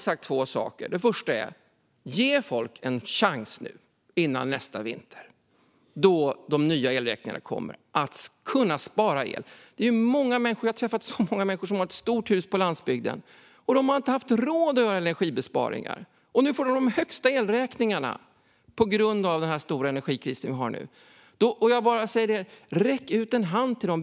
Centerpartiet säger: Ge folk en chans nu, innan nästa vinter då de nya elräkningarna kommer, att spara el. Jag har träffat många människor som har stora hus på landsbygden, och de har inte haft råd att göra energibesparingar. De får nu de högsta elräkningarna någonsin på grund av den stora energikrisen. Sträck ut en hand till dem!